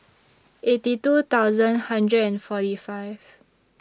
eighty two thousand hundred and forty five